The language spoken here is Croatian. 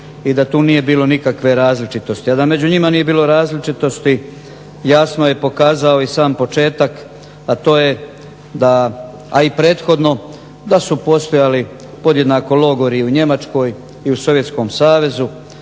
i da tu nije bilo nikakve različitosti. A da među njima nije bilo različitosti jasno je pokazao i sam početak, a to je da, a i prethodno, da su postojali podjednako logori u Njemačkoj i u Sovjetskom savezu.